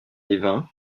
liévin